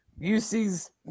UC's